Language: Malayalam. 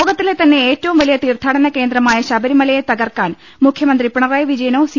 ലോകത്തിലെ തന്നെ ഏറ്റവും വലിയ തീർത്ഥാടന കേന്ദ്രമായ ശബരിമലയെ തകർക്കാൻ മുഖ്യമന്ത്രി പിണറായി വിജയനോ സി